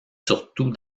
surtout